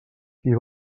qui